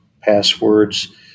passwords